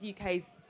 UK's